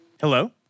Hello